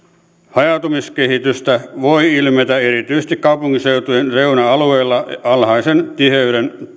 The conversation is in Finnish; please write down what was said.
hajautumiskehitystä voi ilmetä erityisesti kaupunkiseutujen reuna alueilla alhaisen tiheyden